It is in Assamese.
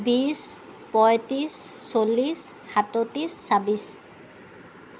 বিছ পয়ত্ৰিছ চল্লিছ সাতত্ৰিছ ছাব্বিছ